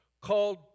called